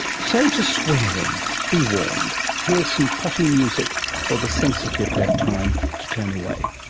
so to swearing. be warned. here's some potty music for the sensitive to have time to turn away.